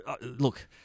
look